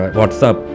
WhatsApp